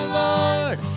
lord